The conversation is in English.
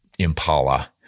impala